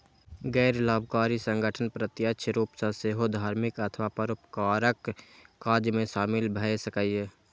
गैर लाभकारी संगठन प्रत्यक्ष रूप सं सेहो धार्मिक अथवा परोपकारक काज मे शामिल भए सकैए